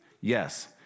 Yes